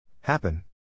Happen